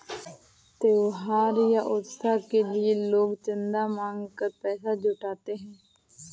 त्योहार या उत्सव के लिए भी लोग चंदा मांग कर पैसा जुटाते हैं